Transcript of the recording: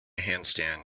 handstand